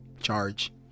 charge